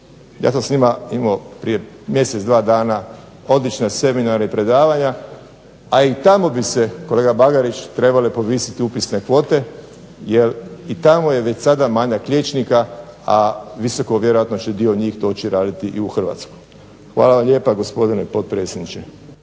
Ja sam s njima imao prije mjesec, dva dana odlične seminare i predavanja, a i tamo bi se, kolega Bagarić, trebale povisiti upisne kvote jer i tamo je već sada manjak liječnika, a visoko vjerojatno će dio njih doći raditi i u Hrvatsku. Hvala vam lijepa gospodine potpredsjedniče.